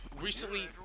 recently